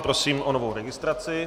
Prosím o novou registraci.